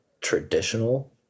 traditional